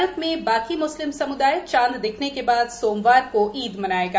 भारत में बाकी म्स्लिम सम्दाय चांद दिखने के बाद सोमवार को ईद मनाएगा